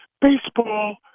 Baseball